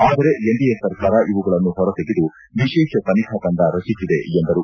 ಆದರೆ ಎನ್ಡಿಎ ಸರ್ಕಾರ ಇವುಗಳನ್ನು ಹೊರತೆಗೆದು ವಿಶೇಷ ತನಿಖಾ ತಂಡ ರಚಿಸಿದೆ ಎಂದರು